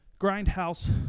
grindhouse